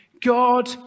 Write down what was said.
God